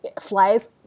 flies